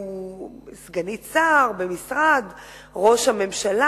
שהוא סגנית שר במשרד ראש הממשלה.